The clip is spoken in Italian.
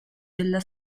della